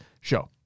show